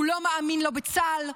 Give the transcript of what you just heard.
הוא לא מאמין בצה"ל,